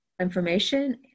information